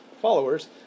followers